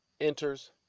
enters